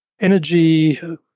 energy